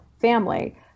family